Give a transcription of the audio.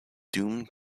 doomed